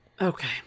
Okay